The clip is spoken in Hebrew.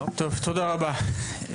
תודה רבה.